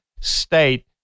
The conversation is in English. state